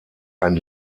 ein